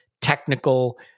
technical